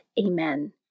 Amen